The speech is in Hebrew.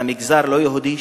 ובמגזר הלא-יהודי,